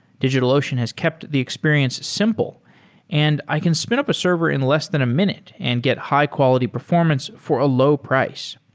digitalocean has kept the experience simple and i can spin up a server in less than a minute and get high quality performance for a low price.